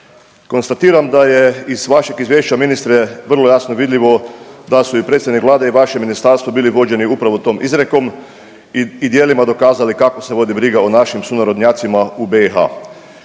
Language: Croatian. Konstatiram da je iz vašeg izvješća ministre vrlo jasno vidljivo da su i predsjednik Vlade i vaše ministarstvo bili vođeni upravo tom izrijekom i djelima pokazali kako se vodi briga o našim sunarodnjacima u BiH.